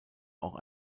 auch